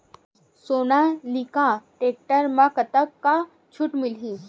Sonalika tractor म कतका छूट मिलही?